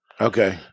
okay